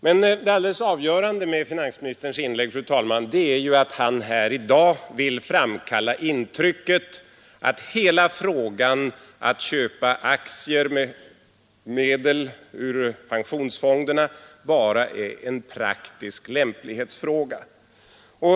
Men det alldeles avgörande med finansministerns inlägg, fru talman, är ju att han här i dag vill framkalla intrycket att hela frågan om att köpa aktier med medel ur pensionsfonderna bara är en praktisk lämplighetsfråga.